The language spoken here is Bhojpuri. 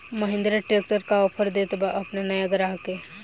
महिंद्रा ट्रैक्टर का ऑफर देत बा अपना नया ग्राहक के?